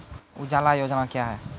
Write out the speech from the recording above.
उजाला योजना क्या हैं?